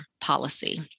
policy